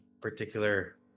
particular